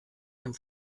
dem